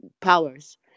powers